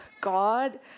God